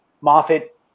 Moffitt